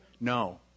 No